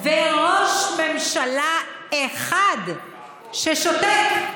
וראש ממשלה אחד ששותק,